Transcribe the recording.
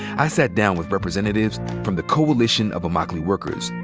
i sat down with representatives from the coalition of immokalee workers,